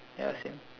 ya same